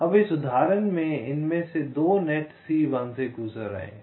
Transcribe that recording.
अब इस उदाहरण में इनमें से 2 जाल C1 से गुजर रहे हैं